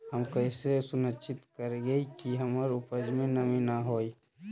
हम कैसे सुनिश्चित करिअई कि हमर उपज में नमी न होय?